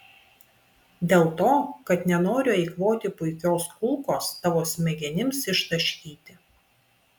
dėl to kad nenoriu eikvoti puikios kulkos tavo smegenims ištaškyti